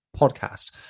podcast